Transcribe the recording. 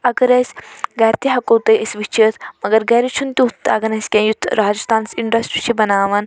اگر اسہِ گھرِ تہِ ہیٚکو تُہۍ أسۍ وُچھِتھ مگر گھرِ چھُنہٕ تیٛتھ تَگان اسہِ کیٚنٛہہ یُتھ راجستھانَس اِنڈَسٹرٛی چھِ بناوان